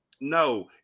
No